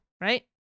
right